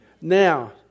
Now